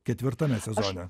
ketvirtame sezone